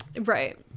right